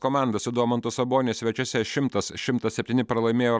komanda su domantu saboniu svečiuose šimtas šimtas septyni pralaimėjo